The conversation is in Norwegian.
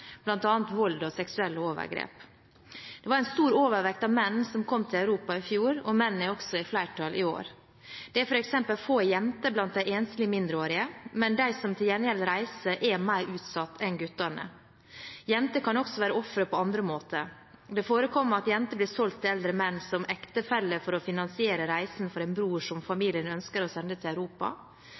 bl.a. vold og seksuelle overgrep. Det var en stor overvekt av menn som kom til Europa i fjor, og menn er også i flertall i år. Det er f.eks. få jenter blant de enslige mindreårige, men de som til gjengjeld reiser, er mer utsatt enn guttene. Jenter kan også være ofre på andre måter. Det forekommer at jenter blir solgt til eldre menn som ektefeller for å finansiere reisen for en bror som familien ønsker å sende til Europa.